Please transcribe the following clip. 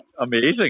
amazing